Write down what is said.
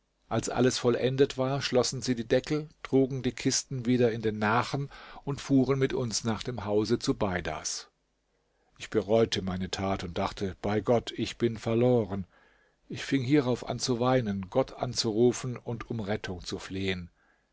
als alles vollendet war schlossen sie die deckel trugen die kisten wieder in den nachen und fuhren mit uns nach dem hause zubeidas ich bereute meine tat und dachte bei gott ich bin verloren ich fing hierauf an zu weinen gott anzurufen und um rettung zu flehen